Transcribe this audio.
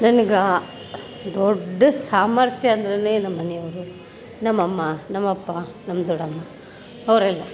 ನನ್ಗೆ ದೊಡ್ಡ ಸಾಮರ್ಥ್ಯ ಅಂದ್ರೇನೇ ನಮ್ಮಮನೆಯವ್ರು ನಮ್ಮಅಮ್ಮ ನಮ್ಮಅಪ್ಪ ನಮ್ಮ ದೊಡ್ಡಮ್ಮ ಅವರೆಲ್ಲ